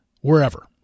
wherever